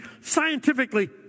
scientifically